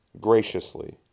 graciously